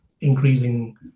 increasing